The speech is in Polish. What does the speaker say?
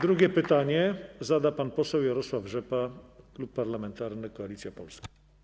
Drugie pytanie zada pan poseł Jarosław Rzepa, Klub Parlamentarny Koalicja Polska.